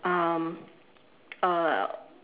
um uh